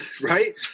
right